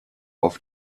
auf